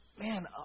Man